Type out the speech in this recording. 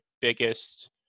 biggest